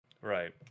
Right